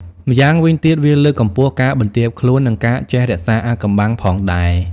ម៉្យាងវិញទៀត វាលើកកម្ពស់ការបន្ទាបខ្លួន និងការចេះរក្សាអាថ៌កំបាំងផងដែរ។